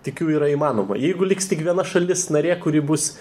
tikiu yra įmanoma jeigu liks tik viena šalis narė kuri bus